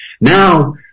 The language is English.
Now